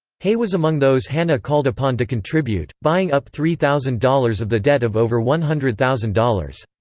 hay was among those hanna called upon to contribute buying up three thousand dollars of the debt of over one hundred thousand dollars.